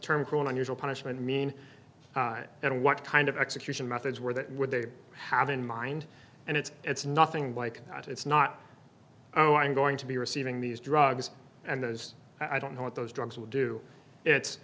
term cruel and unusual punishment mean and what kind of execution methods were that would they have in mind and it's it's nothing like that it's not going to be receiving these drugs and that is i don't know what those drugs will do it's